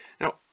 now